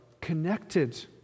connected